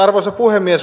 arvoisa puhemies